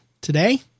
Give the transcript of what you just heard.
today